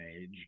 age